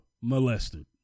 molested